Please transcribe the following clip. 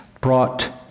brought